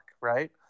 right